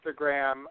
Instagram